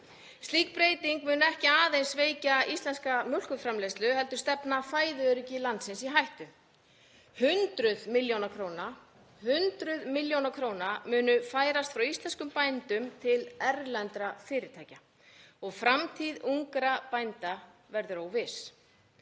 Slík breyting mun ekki aðeins veikja íslenska mjólkurframleiðslu heldur stefna fæðuöryggi landsins í hættu. Hundruð milljóna króna munu færast frá íslenskum bændum til erlendra fyrirtækja og framtíð ungra bænda verður óviss.